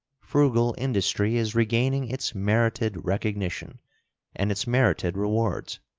frugal industry is regaining its merited recognition and its merited rewards.